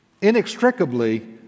inextricably